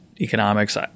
economics